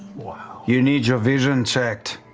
you need your vision checked.